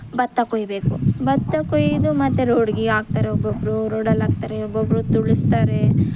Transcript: ಭತ್ತ ಕೊಯ್ಬೇಕು ಭತ್ತ ಕೊಯ್ದು ಮತ್ತೆ ರೋಡ್ಗೆ ಹಾಕ್ತಾರೆ ಒಬ್ಬೊಬ್ಬರು ರೋಡಲ್ಲಿ ಹಾಕ್ತಾರೆ ಒಬ್ಬೊಬ್ಬರು ತುಳಿಸ್ತಾರೆ